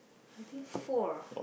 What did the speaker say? I think four ah